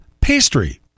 pastry